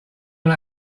one